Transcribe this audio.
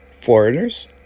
foreigners